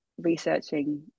researching